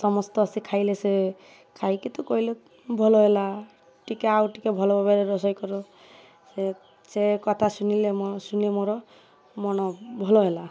ସମସ୍ତେ ଆସି ଖାଇଲେ ସେ ଖାଇକି ତ କହିଲେ ଭଲ ହେଲା ଟିକେ ଆଉ ଟିକେ ଭଲ ଭାବରେ ରୋଷେଇ କରୁ ସେ ସେ କଥା ଶୁଣିଲେ ମୋର ମନ ଭଲ ହେଲା